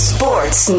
Sports